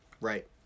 right